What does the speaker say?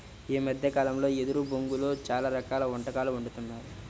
ఈ మద్దె కాలంలో వెదురు బొంగులో చాలా రకాల వంటకాలు వండుతున్నారు